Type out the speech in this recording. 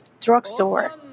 drugstore